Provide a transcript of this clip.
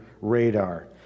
radar